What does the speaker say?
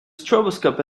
stroboscope